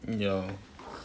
ya